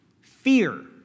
Fear